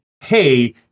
Hey